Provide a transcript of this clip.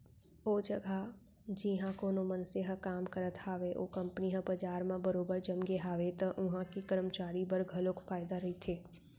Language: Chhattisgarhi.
ओ जघा जिहाँ कोनो मनसे ह काम करत हावय ओ कंपनी ह बजार म बरोबर जमगे हावय त उहां के करमचारी बर घलोक फायदा रहिथे